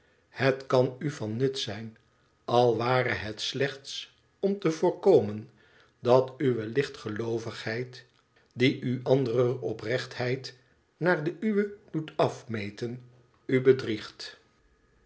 het kan u van nut zijn al ware het slechts om te voorkomen dat uwe lichtgeloovigheid die u anderer oprechtheid naar de uwe doet afmeten u bedriegt